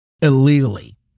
illegally